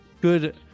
Good